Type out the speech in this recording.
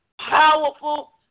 Powerful